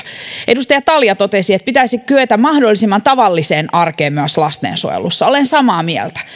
edustaja talja totesi että pitäisi kyetä mahdollisimman tavalliseen arkeen myös lastensuojelussa olen samaa mieltä